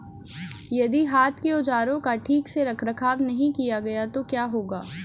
यदि हाथ के औजारों का ठीक से रखरखाव नहीं किया गया तो क्या होगा?